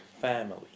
Family